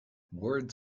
words